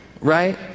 right